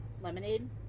lemonade